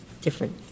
different